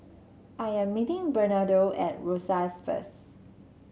I am meeting Bernardo at Rosyth first